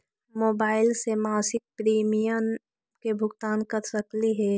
Mobile से मासिक premium के भुगतान कर सकली हे?